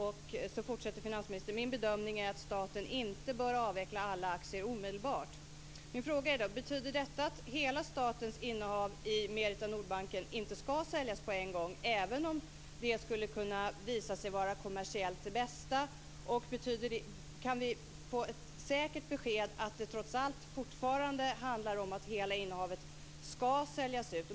Sedan fortsätter finansministern: Min bedömning är att staten inte bör avveckla alla aktier omedelbart. Min första fråga är: Betyder detta att statens hela innehav i Merita Nordbanken inte ska säljas på en gång, även om det skulle kunna visa sig vara det kommersiellt bästa, och kan vi få ett säkert besked om att det trots allt fortfarande handlar om att hela innehavet ska säljas ut?